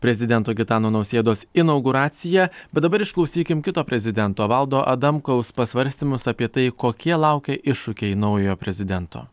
prezidento gitano nausėdos inauguraciją bet dabar išklausykim kito prezidento valdo adamkaus pasvarstymus apie tai kokie laukia iššūkiai naujojo prezidento